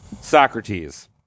Socrates